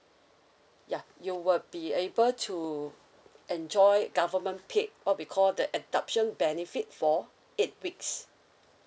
ya you will be able to enjoy government paid what we call the adoption benefit for eight weeks